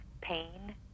pain